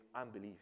unbelief